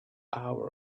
hour